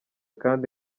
kandi